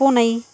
பூனை